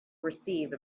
receive